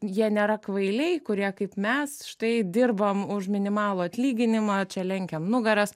jie nėra kvailiai kurie kaip mes štai dirbam už minimalų atlyginimą čia lenkiam nugaras